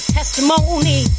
Testimony